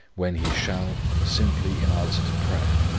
when he shall, simply in answer to prayer,